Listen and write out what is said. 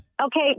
Okay